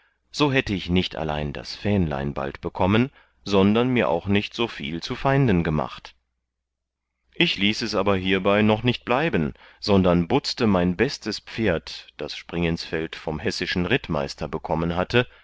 so hätte ich nicht allein das fähnlein bald bekommen sondern mir auch nicht so viel zu feinden gemacht ich ließ es aber hierbei noch nicht bleiben sondern butzte mein bestes pferd das springinsfeld vom hessischen rittmeister bekommen hatte